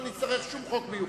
ולא נצטרך שום חוק מיוחד.